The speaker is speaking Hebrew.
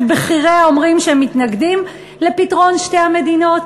שבכיריה אומרים שהם מתנגדים לפתרון שתי המדינות,